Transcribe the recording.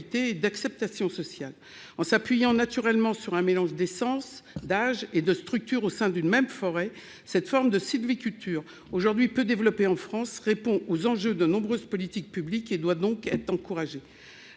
et d'acceptation sociale. En s'appuyant naturellement sur un mélange d'essences, d'âges et de structures au sein d'une même forêt, cette forme de sylviculture, peu développée en France, répond aux enjeux de nombreuses politiques publiques et doit donc être encouragée.